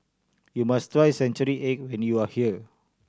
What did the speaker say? you must try century egg when you are here